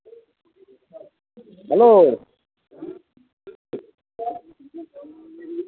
hello